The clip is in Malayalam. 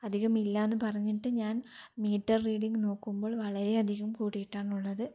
അതികമില്ലാന്നു പറഞ്ഞിട്ട് ഞാന് മീറ്റര് റീഡിംഗ് നോക്കുമ്പോള് വളരെയധികം കൂടീട്ടാന്നുള്ളത്